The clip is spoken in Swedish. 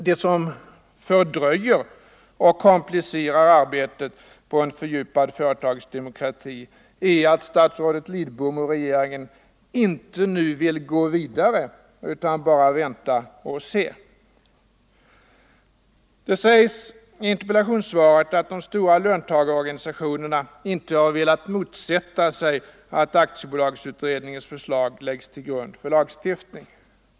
Det som fördröjer och komplicerar arbetet på en fördjupad företagsdemokrati är att statsrådet Lidbom och regeringen inte nu vill gå vidare utan bara väntar och ser. Det sägs i interpellationssvaret att de stora löntagarorganisationerna inte har velat motsätta sig att aktiebolagsutredningens förslag läggs till grund för lagstiftning.